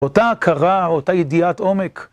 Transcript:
אותה הכרה, אותה ידיעת עומק.